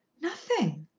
nothing,